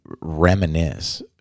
reminisce